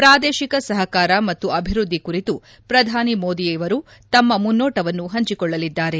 ಪ್ರಾದೇಶಿಕ ಸಹಕಾರ ಮತ್ತು ಅಭಿವೃದ್ದಿ ಕುರಿತು ಪ್ರಧಾನಿ ಮೋದಿ ಅವರು ತಮ್ನ ಮುನ್ನೋಟವನ್ನು ಹಂಚಿಕೊಳ್ಳಲಿದ್ದಾರೆ